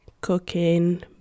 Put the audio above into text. cooking